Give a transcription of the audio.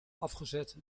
afgezet